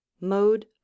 mode